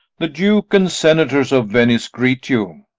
the duke and senators of venice greet you.